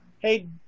Hey